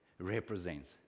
represents